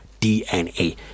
DNA